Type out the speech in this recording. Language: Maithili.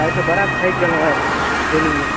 आइ त बड़ा थाकि गेलहुँ भाई ट्रेनिंग मे